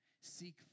Seek